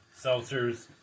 seltzers